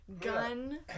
Gun